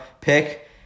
pick